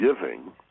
giving